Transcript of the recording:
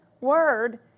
Word